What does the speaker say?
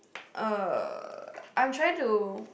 uh I'm trying to